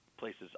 places